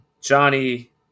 Johnny